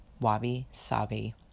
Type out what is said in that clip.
Wabi-sabi